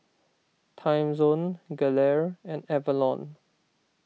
Timezone Gelare and Avalon